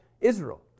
Israel